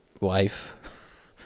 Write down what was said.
Life